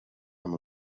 amb